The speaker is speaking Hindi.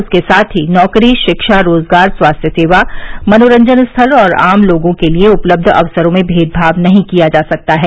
उसके साथ ही नौकरी शिक्षा रोजगार स्वास्थ्य सेवा मनोरंजन स्थल और आम लोगों के लिये उपलब्ध अवसरों में भेदभाव नहीं किया जा सकता है